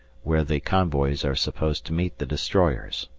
where the convoys are supposed to meet the destroyers.